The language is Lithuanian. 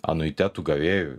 anuitetų gavėjų